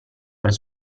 per